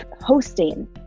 hosting